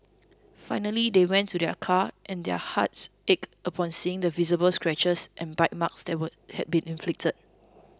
finally they went to their car and their hearts ached upon seeing the visible scratches and bite marks that were had been inflicted